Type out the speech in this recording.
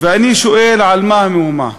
ואני שואל, על מה המהומה?